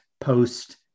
post